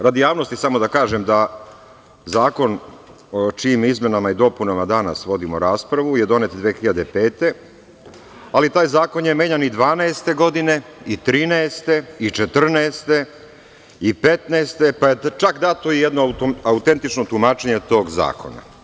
Radi javnosti samo da kažem da zakon o čijim izmenama i dopunama danas vodimo raspravu je donet 2005. godine, ali taj zakon je menjan i 2012. i 2013. i 2014. i 2015. godine, pa je čak dato i jedno autentično tumačenje tog zakona.